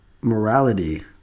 morality